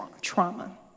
trauma